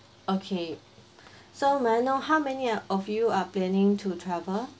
okay so may I know how many uh of you are planning to travel